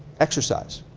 exercise.